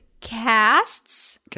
casts